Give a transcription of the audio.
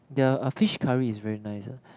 their a fish curry is very nice ah